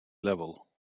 level